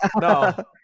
no